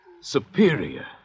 Superior